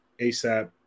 ASAP